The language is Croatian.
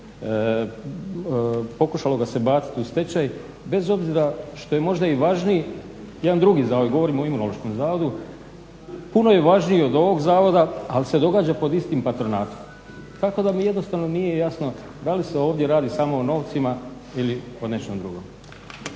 pokušalo ga se baciti u stečaj bez obzira što je možda i važniji jedan drugi zavod, govorim o Imunološkom zavodu, puno je važniji od ovog zavoda ali se događa pod istim patronatom tako da mi jednostavno nije jasno da li se ovdje radi samo o novcima ili o nečemu drugom.